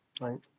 Right